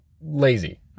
lazy